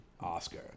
Oscar